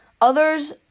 others